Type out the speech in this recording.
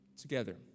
together